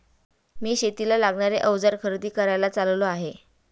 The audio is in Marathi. मी शेतीला लागणारे अवजार खरेदी करायला चाललो आहे